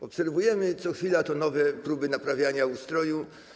Obserwujemy co chwila nowe próby naprawiania ustroju.